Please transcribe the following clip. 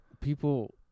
people